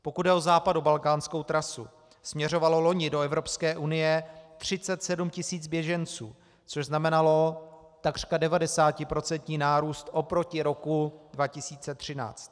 Pokud jde o západobalkánskou trasu, směřovalo loni do Evropské unie 37 tis. běženců, což znamenalo takřka 90% nárůst oproti roku 2013.